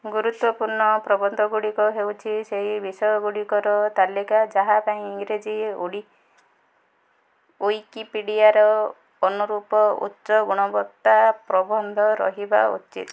ଗୁରୁତ୍ୱପୂର୍ଣ୍ଣ ପ୍ରବନ୍ଧଗୁଡ଼ିକ ହେଉଛି ସେହି ବିଷୟଗୁଡ଼ିକର ତାଲିକା ଯାହା ପାଇଁ ଇଂରାଜୀ ଉଡ଼ି ଉଇକିପିଡ଼ିଆର ଅନୁରୂପ ଉଚ୍ଚ ଗୁଣବତ୍ତା ପ୍ରବନ୍ଧ ରହିବା ଉଚିତ୍